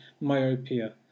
myopia